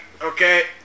Okay